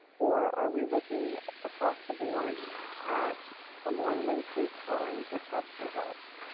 or are we looking across the board at a more lengthy time for test results?